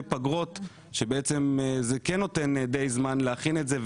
פגרות שבעצם זה כן נותן די זמן להכין את זה,